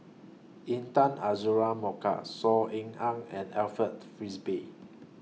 Intan Azura Mokhtar Saw Ean Ang and Alfred Frisby